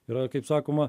yra kaip sakoma